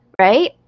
right